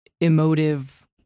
emotive